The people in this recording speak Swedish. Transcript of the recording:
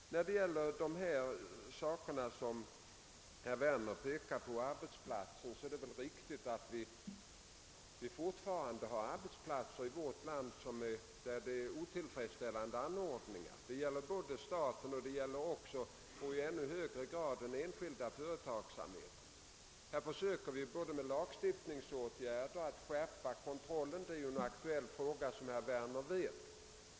Beträffande frågan om arbetsplatserna, som herr Werner också berörde, är det riktigt att vi fortfarande i vårt land har sådana med otillfredsställande anordningar; det gäller staten och i ännu högre grad den enskilda företagsamheten. Här försöker vi med lagstiftningsåtgärder skärpa kontrollen — det är en aktuell fråga, som herr Werner vet.